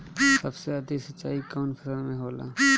सबसे अधिक सिंचाई कवन फसल में होला?